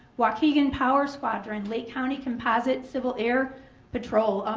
waukegan power squadron, lake county composite civil air patrol.